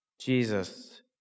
Jesus